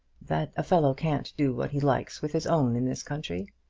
that a fellow can't do what he likes with his own in this country.